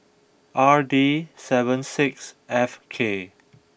R D seven six F K